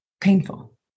painful